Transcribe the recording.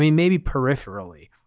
maybe peripherally,